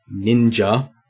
ninja